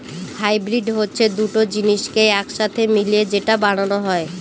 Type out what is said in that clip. hybrid হচ্ছে দুটো জিনিসকে এক সাথে মিশিয়ে যেটা বানানো হয়